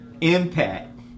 impact